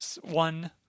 one